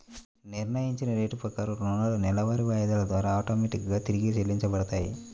నిర్ణయించిన రేటు ప్రకారం రుణాలు నెలవారీ వాయిదాల ద్వారా ఆటోమేటిక్ గా తిరిగి చెల్లించబడతాయి